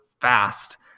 fast